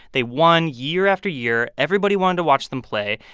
they won year after year. everybody wanted to watch them play.